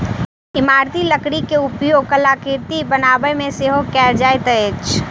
इमारती लकड़ीक उपयोग कलाकृति बनाबयमे सेहो कयल जाइत अछि